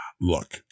Look